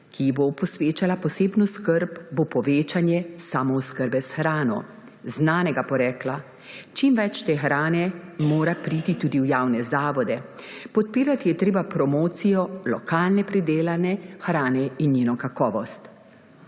ki ji bo posvečala posebno skrb, bo povečanje samooskrbe s hrano znanega porekla. Čim več te hrane mora priti tudi v javne zavode. Podpirati je treba promocijo lokalno pridelane hrane in njeno kakovost.